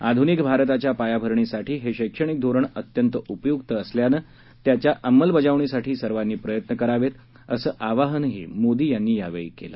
आध्रनिक भारताच्या पायाभरणीसाठी हे शैक्षणिक धोरण अत्यंत उपयुक्त असल्यानं त्याच्या अंमलबजावणीसाठी सर्वांनी प्रयत्न करावेत असं आवाहनही मोदी यांनी यावेळी केलं